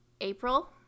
April